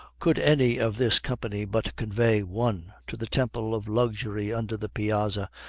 could any of this company but convey one to the temple of luxury under the piazza,